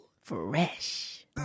Fresh